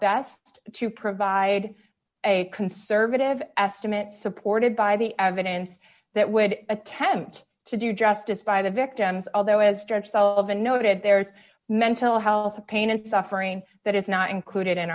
best to provide a conservative estimate supported by the evidence that would attempt to do justice by the victims although as dr silva noted there is mental health pain and suffering that is not included in